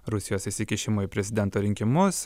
rusijos įsikišimo į prezidento rinkimus